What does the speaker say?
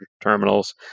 terminals